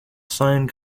cyan